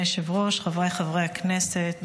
חבריי חברי הכנסת,